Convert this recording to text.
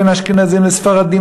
בין אשכנזים לספרדים,